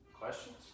Questions